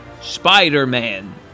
Spider-Man